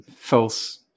False